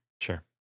Sure